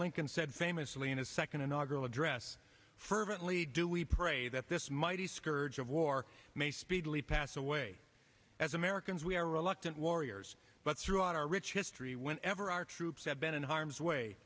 lincoln said famously in his second inaugural address fervently do we pray that this mighty scourge of war may speedily pass away as americans we are reluctant warriors but throughout our rich history whenever our troops have been in harm's way